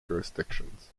jurisdictions